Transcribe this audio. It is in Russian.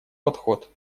подход